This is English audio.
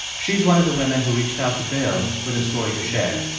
she's one of the women who reached out to bill with a story to share.